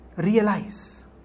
Realize